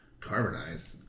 Carbonized